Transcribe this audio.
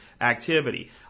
activity